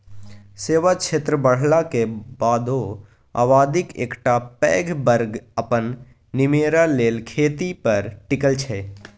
सेबा क्षेत्र बढ़लाक बादो आबादीक एकटा पैघ बर्ग अपन निमेरा लेल खेती पर टिकल छै